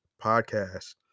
Podcast